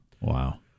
Wow